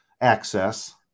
access